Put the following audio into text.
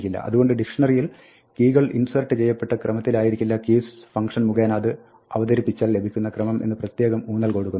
അതുകൊണ്ട് ഡിക്ഷ്ണറിയിൽ കീകൾ ഇൻസേർട്ട് ചെയ്യപ്പെട്ട ക്രമത്തിലായിരിക്കില്ല keys function മുഖേന അത് അവതരിപ്പിച്ചാൽ ലഭിക്കുന്ന ക്രമം എന്ന് പ്രത്യേകം ഊന്നൽ കൊടുക്കുന്നു